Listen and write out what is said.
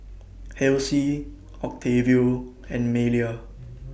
Halsey Octavio and Malia